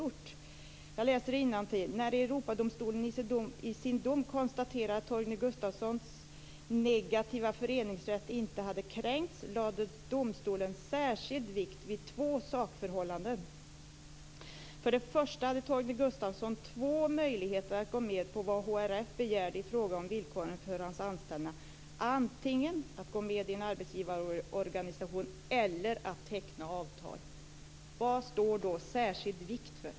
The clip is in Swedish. Jag läser innantill: "När Europadomstolen i sin dom konstaterade att Torgny Gustafssons negativa föreningsrätt inte hade kränkts lade domstolen särskild vikt vid två sakförhållanden. För de första hade Torgny Gustafsson två möjligheter att gå med på vad HRF begärde i fråga om villkoren för hans anställda, antingen att gå med i en arbetsgivarorganisation eller att teckna hängavtal." Vad står då "särskild vikt" för?